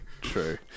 True